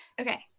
Okay